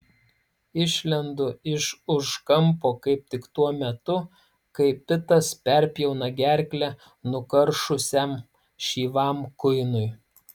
išlendu iš už kampo kaip tik tuo metu kai pitas perpjauna gerklę nukaršusiam šyvam kuinui